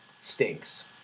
Stinks